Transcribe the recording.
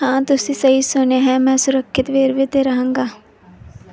ਹਾਂ ਤੁਸੀਂ ਸਹੀ ਸੁਣਿਆ ਹੈ ਮੈਂ ਸੁਰੱਖਿਅਤ ਵੇਰਵੇ 'ਤੇ ਰਹਾਂਗਾ